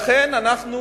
לכן אנחנו